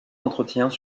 entretiens